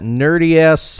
nerdy-ass